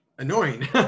Annoying